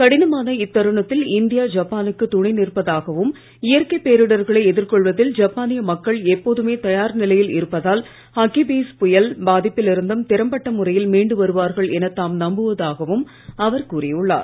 கடினமான இத்தருணத்தில் இந்தியா ஜப்பானுக்கு துணை நிற்பதாகவும் இயற்கை பேரிடர்களை எதிர்கொள்வதில் ஜப்பானிய மக்கள் எப்போதுமே தயார் நிலையில் இருப்பதால் ஹகிபீஸ் புயல் பாதிப்பில் இருந்தும் திறம்பட்ட முறையில் மீண்டு வருவார்கள் என தாம் நம்புவதாகவும் அவர் கூறியுள்ளார்